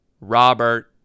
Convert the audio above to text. Robert